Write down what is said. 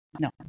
No